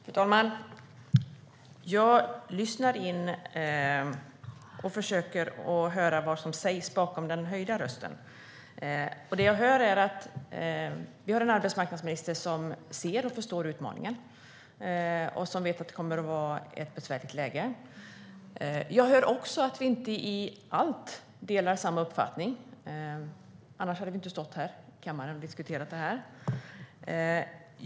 Fru talman! Jag lyssnar in och försöker höra vad sägs bakom den höjda rösten. Det jag hör är att vi har en arbetsmarknadsminister som ser och förstår utmaningen och som vet att det kommer att vara ett besvärligt läge. Jag hör att vi inte delar uppfattning i allt. Då hade vi ju inte stått här i kammaren och diskuterat det här.